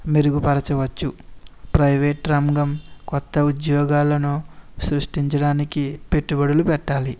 మెరుగుపరచవచ్చు ప్రైవేట్ రంగం కొత్త ఉద్యోగాలను సృష్టించడానికి పెట్టుబడులు పెట్టాలి